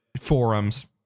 forums